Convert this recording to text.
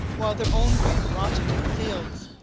while their own grain rotted in the fields.